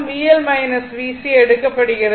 VL VC எடுக்கப்படுகிறது